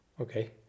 Okay